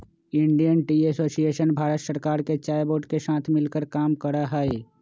Indian tea association भारत सरकार के चाय बोर्ड के साथ मिलकर काम करा हई